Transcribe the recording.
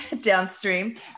downstream